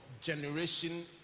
generation